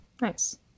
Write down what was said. Nice